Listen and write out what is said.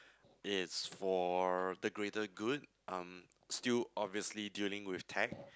it's for the greater good um still obviously dealing with tech